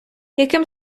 яким